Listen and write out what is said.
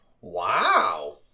Wow